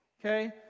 okay